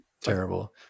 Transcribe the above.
terrible